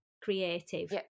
creative